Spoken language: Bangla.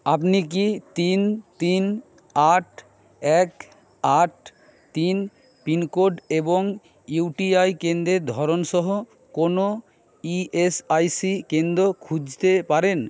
আপনি কি তিন তিন আট এক আট তিন পিন কোড এবং ইউটিআই কেন্দ্রের ধরন সহ কোনও ই এস আই সি কেন্দ্র খুঁজতে পারেন